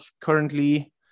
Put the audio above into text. currently